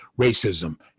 racism